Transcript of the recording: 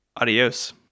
Adios